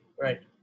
Right